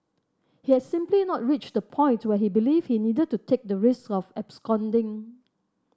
he had simply not reached the point where he believed he needed to take the risk of absconding